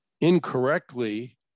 incorrectly